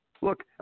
Look